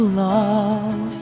love